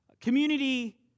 Community